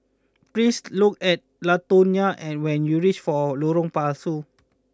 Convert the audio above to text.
please look at Latonya and when you reach Lorong Pasu